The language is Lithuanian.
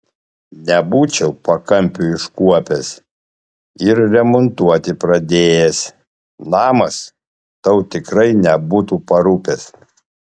nebūčiau pakampių iškuopęs ir remontuoti pradėjęs namas tau tikrai nebūtų parūpęs